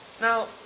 Now